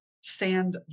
sand